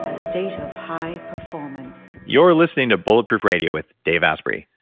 the state of high performance you're listening to bulletproof radio with dave asprey.